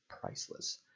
priceless